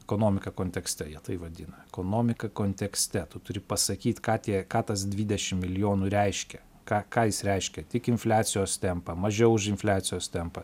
ekonomika kontekste jie tai vadina ekonomika kontekste tu turi pasakyt ką tie ką tas dvidešim milijonų reiškia ką ką jis reiškia tik infliacijos tempą mažiau už infliacijos tempą